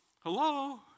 Hello